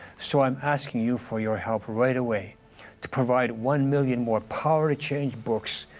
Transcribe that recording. so i am asking you for your help right away to provide one million more power to change books,